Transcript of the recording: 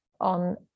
on